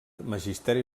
magisteri